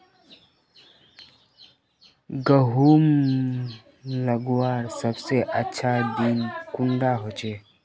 गहुम लगवार सबसे अच्छा दिन कुंडा होचे?